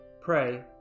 Pray